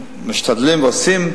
משתדלים ועושים,